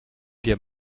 wir